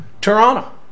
Toronto